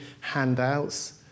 handouts